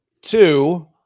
Two